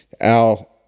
al